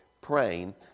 praying